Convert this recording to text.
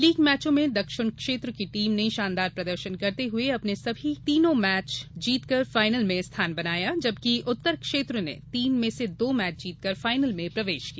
league मैचों में दक्षिण क्षेत्र की टीम ने शानदार प्रदर्शन करते हुए अंपने सभी तीनों लीग मैच जीत कर फाइनल में स्थान बनाया जबकि उत्तर क्षेत्र ने तीन में से दो मैच जीत कर फाइनल में प्रवेश किया